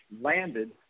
landed